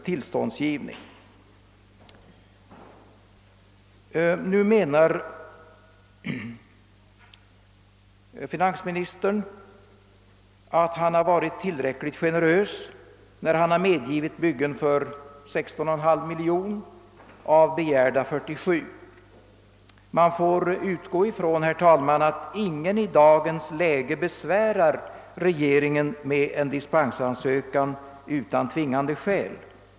Finansministern menar att han har varit tillräckligt generös när han har medgivit byggen av ifrågavarande slag för 16,5 miljoner kronor av begärda 63,5 miljoner kronor. Man får, herr talman, utgå från att ingen i dagens läge besvärar regeringen med en dispensansökan utan tvingande skäl.